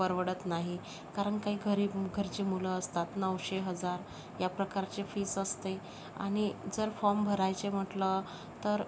परवडत नाही कारण काही गरीब घरची मुलं असतात नऊशे हजार या प्रकारची फीस असते आणि जर फॉर्म भरायचे म्हटलं तर